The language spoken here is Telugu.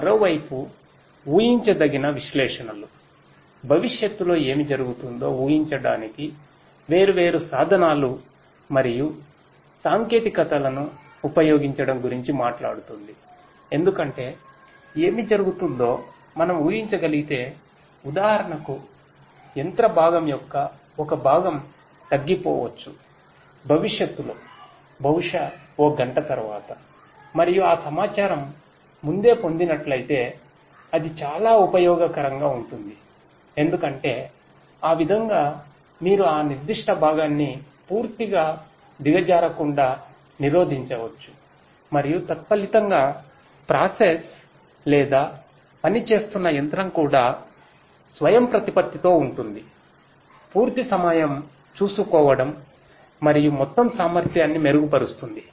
మరోవైపు ఉహించదగిన విశ్లేషణలు భవిష్యత్తులో ఏమి జరుగుతుందో ఊహించడానికి వేర్వేరు సాధనాలు మరియు సాంకేతికతలను ఉపయోగించడం గురించి మాట్లాడుతుంది ఎందుకంటే ఏమి జరుగుతుందో మనం ఊహించగలిగితే ఉదాహరణకు యంత్ర భాగం యొక్క ఒక భాగం తగ్గిపోవచ్చు భవిష్యత్తులో బహుశా 1 గంట తర్వాత మరియు ఆ సమాచారం ముందే పొందినట్లయితే అది చాలా ఉపయోగకరంగా ఉంటుంది ఎందుకంటే ఆ విధంగా మీరు ఆ నిర్దిష్ట భాగాన్ని పూర్తిగా దిగజారకుండా నిరోధించవచ్చు మరియు తత్ఫలితంగా ప్రాసెస్ లేదా పనిచేస్తున్న యంత్రం కూడా స్వయంప్రతిపత్తితో ఉంటుంది పూర్తి సమయం చూసుకోవడం మరియు మొత్తం సామర్థ్యాన్ని మెరుగుపరుస్తుంది